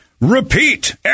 repeat